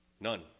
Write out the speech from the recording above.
None